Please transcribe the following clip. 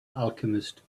alchemist